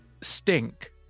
stink